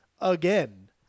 again